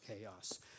chaos